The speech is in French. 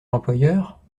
l’employeur